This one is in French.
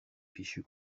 fichu